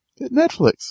Netflix